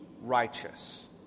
righteous